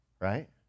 right